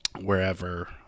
wherever